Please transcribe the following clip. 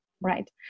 right